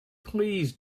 please